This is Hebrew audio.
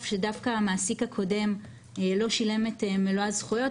שדווקא המעסיק הקודם לא שילם את מלוא הזכויות,